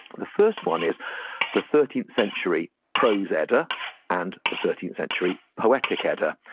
the first one is the thirteenth century prose edda and the thirteenth century poetic edda.